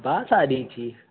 बास आ रही थी